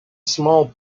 small